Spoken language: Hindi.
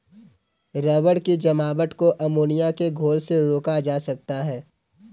रबर की जमावट को अमोनिया के घोल से रोका जा सकता है